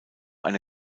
eine